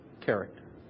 character